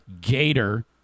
Gator